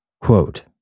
Quote